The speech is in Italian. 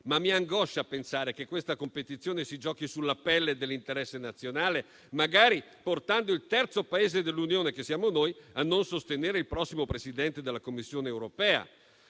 ma mi angoscia pensare che questa competizione si giochi sulla pelle dell'interesse nazionale, magari portando il terzo Paese dell'Unione - siamo noi - a non sostenere il prossimo Presidente della Commissione europea.